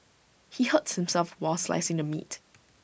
he hurt himself while slicing the meat